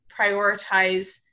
prioritize